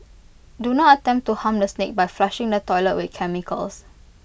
do not attempt to harm the snake by flushing the toilet with chemicals